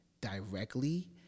directly